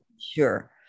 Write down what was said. sure